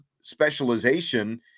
specialization